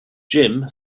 jim